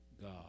God